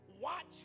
Watch